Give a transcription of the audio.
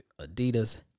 adidas